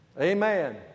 Amen